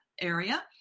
area